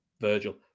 Virgil